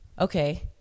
Okay